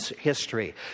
history